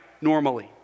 Normally